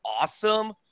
awesome